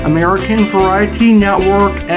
AmericanVarietyNetwork